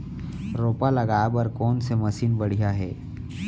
रोपा लगाए बर कोन से मशीन बढ़िया हे?